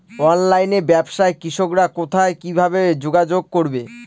অনলাইনে ব্যবসায় কৃষকরা কোথায় কিভাবে যোগাযোগ করবে?